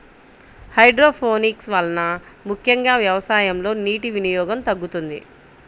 hydroponics వలన ముఖ్యంగా వ్యవసాయంలో నీటి వినియోగం తగ్గుతుంది